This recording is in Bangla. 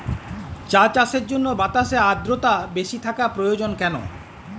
চা চাষের জন্য বাতাসে আর্দ্রতা বেশি থাকা প্রয়োজন কেন?